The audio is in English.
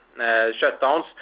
shutdowns